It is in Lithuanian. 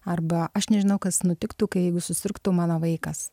arba aš nežinau kas nutiktų kai jeigu susirgtų mano vaikas